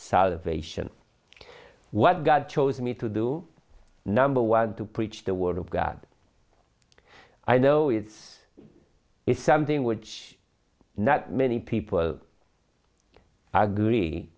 salvation what god chose me to do number one to preach the word of god i know it's is something which not many people are greedy